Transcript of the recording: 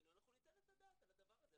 זה יעבור דרכנו אנחנו ניתן את דעתנו על הדבר הזה.